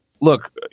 look